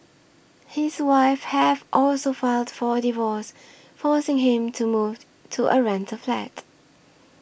his wife has also filed for a divorce forcing him to move to a rental flat